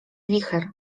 wicher